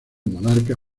monarca